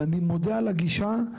ואני מודה על הגישה,